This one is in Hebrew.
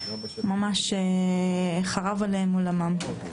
ממש חרב עליהם עולמם.